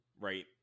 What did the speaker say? right